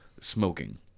Smoking